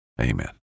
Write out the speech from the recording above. Amen